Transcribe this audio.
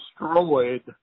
destroyed